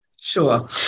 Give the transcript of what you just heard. Sure